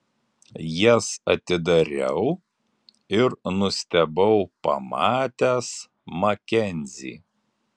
jas atidariau ir nustebau pamatęs makenzį